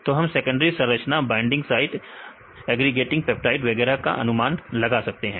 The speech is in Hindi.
तो हम सेकेंडरी संरचना बाइंडिंग साइट एग्रीगेटिंग पेप्टाइड वगैरह का अनुमान लगा सकते हैं